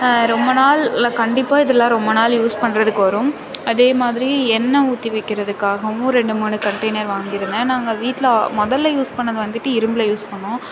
ரொம்ப நாளில் கண்டிப்பாக இதில் ரொம்ப நாள் யூஸ் பண்ணுறதுக்கு வரும் அதே மாதிரி எண்ணெய் ஊற்றி வைக்கிறதுக்காகவும் ரெண்டு மூணு கண்டெய்னர் வாங்கிருந்தேன் நாங்கள் வீட்டில் முதல்ல யூஸ் பண்ணது வந்துட்டு இரும்புல யூஸ் பண்ணிணோம்